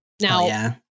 Now